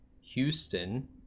Houston